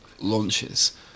launches